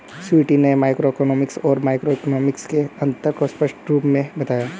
स्वीटी ने मैक्रोइकॉनॉमिक्स और माइक्रोइकॉनॉमिक्स के अन्तर को स्पष्ट रूप से बताया